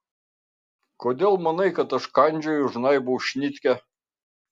kodėl manai kad aš kandžioju žnaibau šnitkę